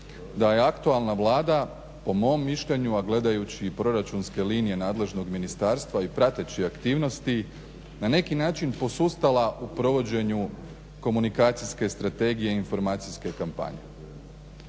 da je aktualna Vlada po mom mišljenju a gledajući i proračunske linije nadležnog ministarstva i prateći aktivnosti na neki način posustala u provođenju komunikacijske strategije, informacijske kompanije.